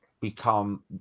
become